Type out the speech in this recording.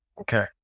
Okay